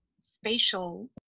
spatial